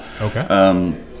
Okay